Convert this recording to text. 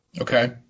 Okay